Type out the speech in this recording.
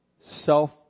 self